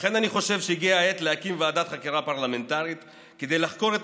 לכן אני חושב שהגיעה העת להקים ועדת חקירה פרלמנטרית כדי לחקור את